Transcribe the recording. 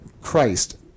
Christ